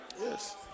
Yes